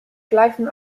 schleifen